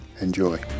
Enjoy